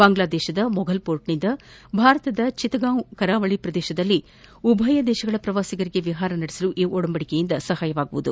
ಬಾಂಗ್ಡಾದೇಶದ ಮೊಫಲ್ ಪೋರ್ಟ್ನಿಂದ ಭಾರತದ ಚೆಕ್ಗಾಂವ್ ಕರಾವಳಿ ಪ್ರದೇಶದಲ್ಲಿ ಉಭಯ ದೇಶಗಳ ಪ್ರವಾಸಿಗರಿಗೆ ವಿಹಾರ ನಡೆಸಲು ಈ ಒಡಂಬಡಿಕೆಯಿಂದ ಸಹಾಯವಾಗಲಿದೆ